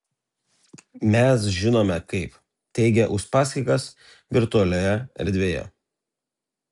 mes žinome kaip teigia uspaskichas virtualioje erdvėje